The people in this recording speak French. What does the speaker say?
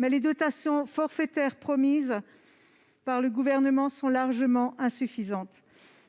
les dotations forfaitaires promises par le Gouvernement sont largement insuffisantes.